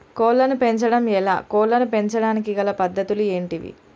కోళ్లను పెంచడం ఎలా, కోళ్లను పెంచడానికి గల పద్ధతులు ఏంటివి?